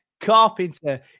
carpenter